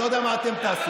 אני לא יודע מה אתם תעשו.